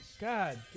God